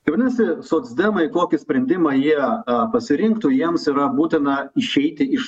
tai vadinasi socdemai kokį sprendimą jie pasirinktų jiems yra būtina išeiti iš